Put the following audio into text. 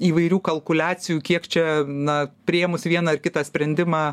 įvairių kalkuliacijų kiek čia na priėmus vieną ir kitą sprendimą